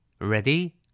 Ready